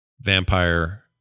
vampire